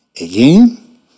Again